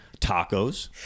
Tacos